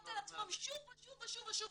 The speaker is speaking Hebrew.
שחוזרות על עצמן שוב ושוב ושוב ושוב.